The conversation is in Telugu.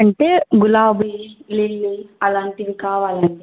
అంటే గులాబీ లిల్లీ అలాంటివి కావాలండి